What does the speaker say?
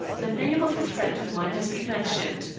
the name of a friend of mine has been mentioned.